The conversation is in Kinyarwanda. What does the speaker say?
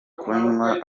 kunywa